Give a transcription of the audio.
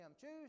Choose